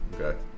Okay